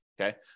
okay